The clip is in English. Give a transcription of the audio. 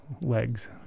legs